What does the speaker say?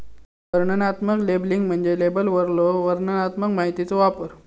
वर्णनात्मक लेबलिंग म्हणजे लेबलवरलो वर्णनात्मक माहितीचो वापर